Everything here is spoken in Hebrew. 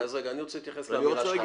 אני רוצה להתייחס לאמירה שלך.